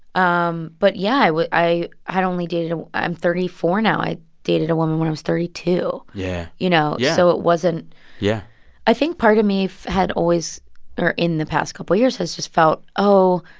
um but yeah, i had only dated i'm thirty four now. i dated a woman when i was thirty two. yeah. you know, yeah so it wasn't yeah i think part of me had always or in the past couple of years has just felt, oh,